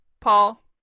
paul